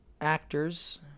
actors